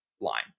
line